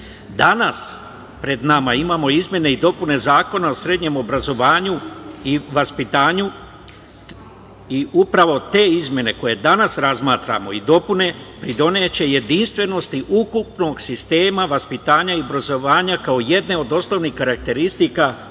pred nama imamo izmene i dopune Zakona o srednjem obrazovanju i vaspitanju, i upravo te izmene koje danas razmatramo, i dopune, pridoneće jedinstvenosti ukupnog sistema vaspitanja i obrazovanja, kao jedne od osnovnih karakteristika, ukupnog